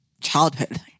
childhood